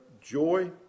joy